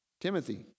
Timothy